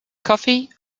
coffee